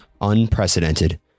unprecedented